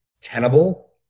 tenable